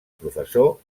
professor